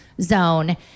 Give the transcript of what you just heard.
zone